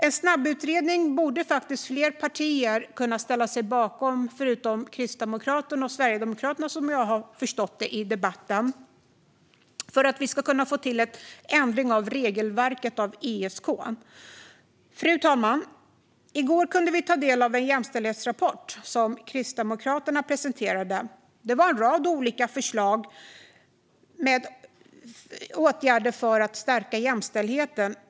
En snabbutredning borde fler partier kunna ställa sig bakom, förutom Kristdemokraterna och Sverigedemokraterna som jag har förstått det i debatten, för att vi ska kunna få till en ändring av regelverket för ISK. Fru talman! I går kunde vi ta del av en jämställdhetsrapport som Kristdemokraterna presenterade. Det var en rad olika förslag med åtgärder för att stärka jämställdheten.